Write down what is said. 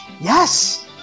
Yes